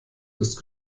ist